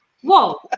whoa